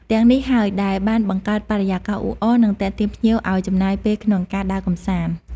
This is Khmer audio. ទាំងនេះហើយ ដែលបានបង្កើតបរិយាកាសអ៊ូអរ និងទាក់ទាញភ្ញៀវឱ្យចំណាយពេលក្នុងការដើរកម្សាន្ត។